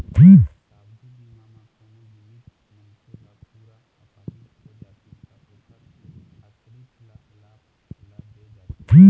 सावधि बीमा म कोनो बीमित मनखे ह पूरा अपाहिज हो जाथे त ओखर आसरित ल लाभ ल दे जाथे